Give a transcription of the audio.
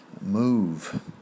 move